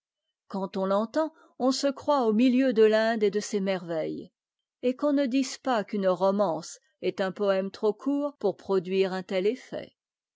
quand on l'entend on se croit au milieu de l'inde et de ses merveilles et qu'on ne dise pas qu'une romance est un poëme trop court pour produire un tel effet